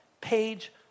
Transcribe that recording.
page